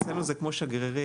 אצלנו זה כמו שגרירים.